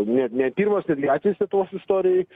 ne ne pirmas netgi atvejis lietuvos istorijoj